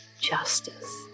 justice